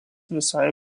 visai